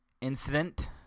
incident